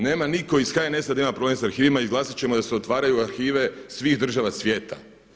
Nema nitko iz HNS-a da ima problem sa arhivima, izglasat ćemo da se otvaraju arhive svih država svijeta.